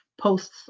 posts